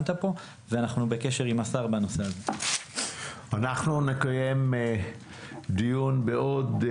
לבוא ולבקר את המדינה ולבקש תשובות,